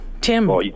Tim